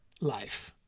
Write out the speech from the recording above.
life